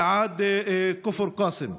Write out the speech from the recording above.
ועד כפר קאסם.